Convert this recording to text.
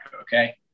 okay